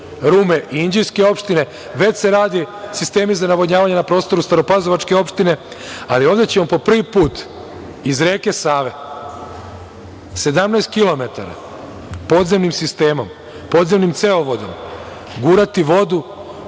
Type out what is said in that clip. Rume i Inđijske opštine, već se radi sistemi za navodnjavanje na prostoru Staropazovačke opštine, ali ovde ćemo po prvi put iz reke Save 17 kilometara podzemnim sistemom, podzemnim celovodom gurati vodu